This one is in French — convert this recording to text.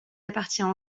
appartient